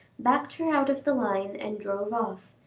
backed her out of the line and drove off,